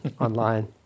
online